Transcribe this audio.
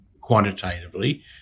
quantitatively